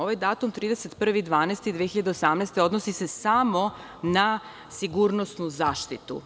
Ovaj datum 31.12.2018. godine se odnosi samo na sigurnosnu zaštitu.